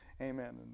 Amen